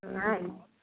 नहि